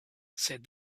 said